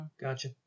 Gotcha